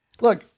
Look